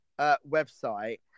website